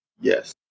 yes